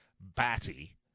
batty